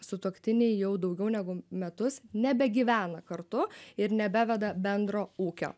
sutuoktiniai jau daugiau negu metus nebegyvena kartu ir nebeveda bendro ūkio